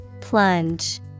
Plunge